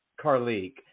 Carly